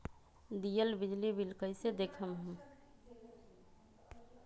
दियल बिजली बिल कइसे देखम हम?